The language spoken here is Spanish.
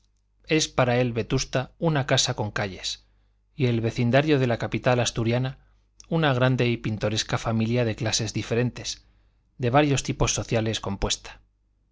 es para él vetusta una casa con calles y el vecindario de la capital asturiana una grande y pintoresca familia de clases diferentes de varios tipos sociales compuesta